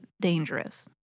dangerous